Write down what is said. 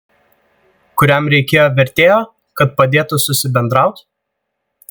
kuriam reikėjo vertėjo kad padėtų susibendraut